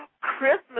Christmas